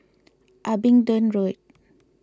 Abingdon Road